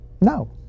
No